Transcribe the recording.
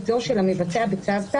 יסוד: